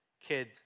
kid